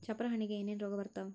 ಚಪ್ರ ಹಣ್ಣಿಗೆ ಏನೇನ್ ರೋಗ ಬರ್ತಾವ?